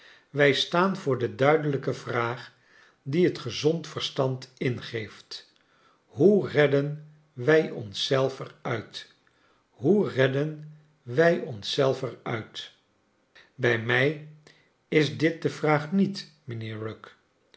wij staan voor de duidelijke vraag die het gezond verstand ingeeft m hoe redden wij ons zelf er uit hoe redden wij ons zelf er uit bij mij is dit de vraag niet mijnheer rugg